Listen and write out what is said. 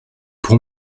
pour